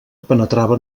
penetrava